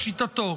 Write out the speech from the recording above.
לשיטתו.